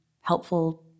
helpful